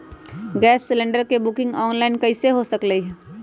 Gas cylinder के booking online कईसे हो सकलई ह?